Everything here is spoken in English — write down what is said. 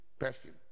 Perfume